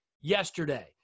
yesterday